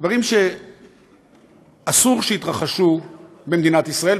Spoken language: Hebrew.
דברים שאסור שיתרחשו במדינת ישראל,